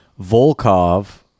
Volkov